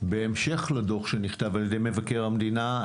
בהמשך לדוח שנכתב על-ידי מבקר המדינה,